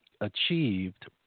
achieved